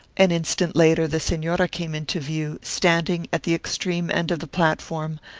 an instant later the senora came into view, standing at the extreme end of the platform,